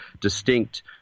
distinct